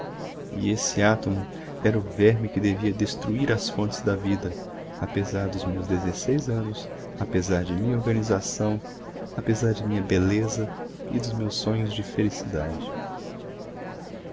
e esse átomo era o verme que devia destruir as fontes da vida apesar dos meus dezesseis anos apesar de minha organização apesar de minha beleza e dos meus sonhos de felicidade